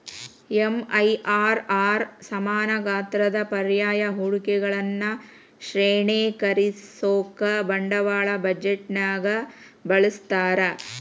MIRR ಸಮಾನ ಗಾತ್ರದ ಪರ್ಯಾಯ ಹೂಡಿಕೆಗಳನ್ನ ಶ್ರೇಣೇಕರಿಸೋಕಾ ಬಂಡವಾಳ ಬಜೆಟ್ನ್ಯಾಗ ಬಳಸ್ತಾರ